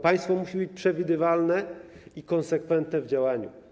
Państwo musi być przewidywalne i konsekwentne w działaniu.